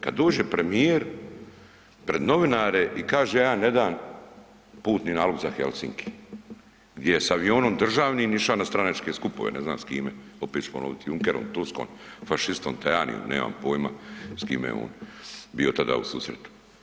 Kad dođe premijer pred novinare i kaže ja ne dam putni nalog za Helsinki, gdje je sa avionom državnim iša na stranačke skupove, ne znam s kime, opet ću ponoviti Junkerom, Tuskom, fašistom Tajanijom, nemam pojma s kime je on bio tada u susretu.